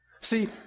See